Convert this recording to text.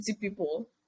people